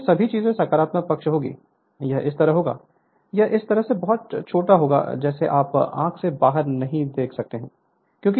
तो यह सभी चीजें सकारात्मक पक्ष होंगी यह इस तरह होगा यह इस तरह से बहुत छोटा होगा जैसे आप आंख से बाहर नहीं देख सकते हैं यह